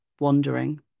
wandering